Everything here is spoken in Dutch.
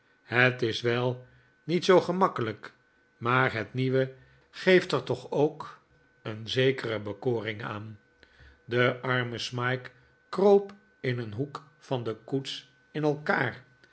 het is wel niet zoo gemakkelijk maar het nieuwe geeft er toch ook een zekere bekoring aan de arme smike kroop in een hoek van de koets in elkaar